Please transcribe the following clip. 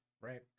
right